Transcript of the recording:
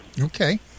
Okay